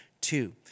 Two